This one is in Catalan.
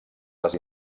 les